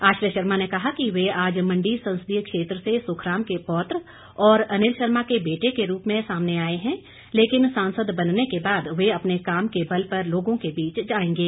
आश्रय शर्मा ने कहा कि वे आज मण्डी संसदीय क्षेत्र से सुखराम के पौत्र और अनिल शर्मा के बेटे के रूप में सामने आए हैं लेकिन सांसद बनने के बाद वे अपने काम के बल पर लोगों के बीच आएंगे